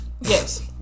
Yes